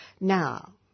Now